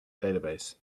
database